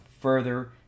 further